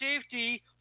safety